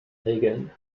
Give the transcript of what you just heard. regeln